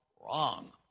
wrong